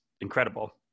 incredible